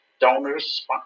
donors